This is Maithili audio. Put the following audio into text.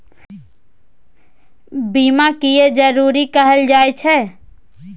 बीमा किये जरूरी कहल जाय छै?